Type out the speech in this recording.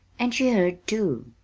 and she heard, too!